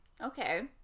Okay